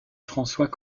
françois